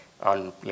on